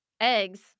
eggs